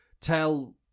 tell